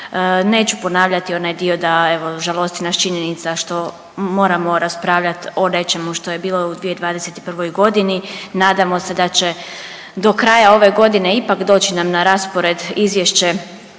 Neću ponavljati onaj dio da evo žalosti nas činjenica što moramo raspravljat o nečemu što je bilo u 2021.g., nadamo se da će do kraja ove godine ipak doći nam na raspored izvješće